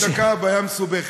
בחצי דקה הבעיה מסובכת.